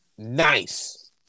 Nice